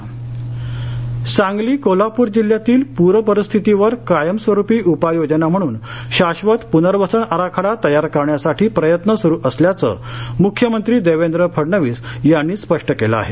पुनर्वसन आराखडा सांगली कोल्हाप्र जिल्ह्यांतील प्रपरिस्थितीवर कायमस्वरूपी उपाययोजना म्हणून शाश्वत प्नर्वसन आराखडा तयार करण्यासाठी प्रयत्न सुरू असल्याचं मुख्यमंत्री देवेंद्र फडणवीस यांनी स्पष्ट केलं आहे